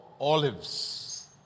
Olives